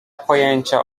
pojęcia